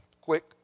quick